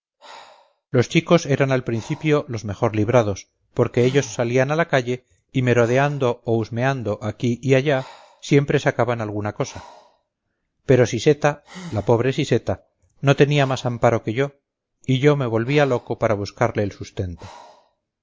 los chicos eran al principio los mejor librados porque ellos salían a la calle y merodeando o husmeando aquí y allá siempre sacaban alguna cosa pero siseta la pobre siseta no tenía más amparo que yo y yo me volvía loco para buscarle el sustento